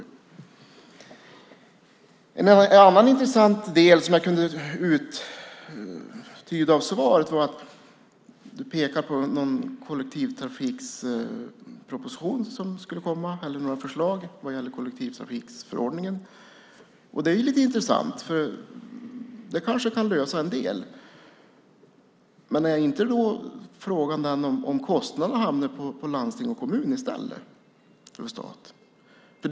Något annat intressant som jag kunde uttyda av svaret är att Åsa Torstensson pekade på förslag som ska komma när det gäller kollektivtrafikförordningen. Det är lite intressant. Det kanske kan lösa en del. Frågan är om kostnaden hamnar på landsting och kommuner i stället för på staten.